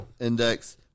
index